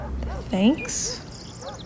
Thanks